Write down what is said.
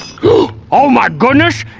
oh oh my goodness,